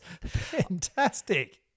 Fantastic